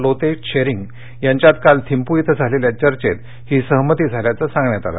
लोते त्शेरिंग यांच्यात काल थिंपू इथं झालेल्या चर्चेत ही सहमती झाल्याचं सांगण्यात आलं